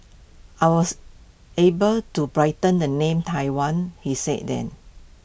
I was able to brighten the name Taiwan he said then